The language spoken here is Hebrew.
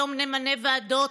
היום נמנה ועדות,